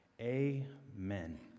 Amen